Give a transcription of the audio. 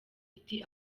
iti